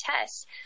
tests